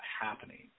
happening